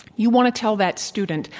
you want to tell that student,